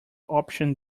option